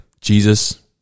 Jesus